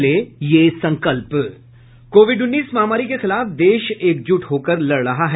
पहले ये संकल्प कोविड उन्नीस महामारी के खिलाफ देश एकजुट होकर लड़ रहा है